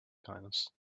kindness